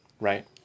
Right